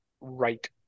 right